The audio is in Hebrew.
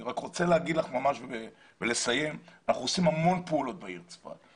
אני רוצה לסיים ולומר לך שאנחנו עושים המון פעולות בעיר צפת.